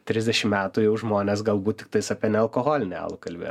trisdešimt metų jau žmonės galbūt tiktais apie nealkoholinį alų kalbėts